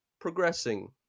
progressing